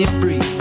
free